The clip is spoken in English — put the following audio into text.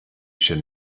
should